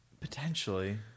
Potentially